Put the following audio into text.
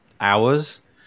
hours